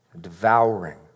devouring